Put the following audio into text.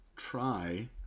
try